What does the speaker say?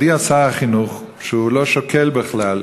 הודיע שר החינוך שהוא לא שוקל בכלל